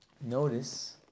Notice